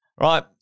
right